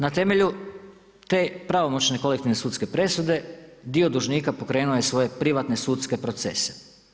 Na temelju te pravomoćne kolektivne sudske presude dio dužnika pokrenuo je svoje privatne sudske procese.